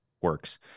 works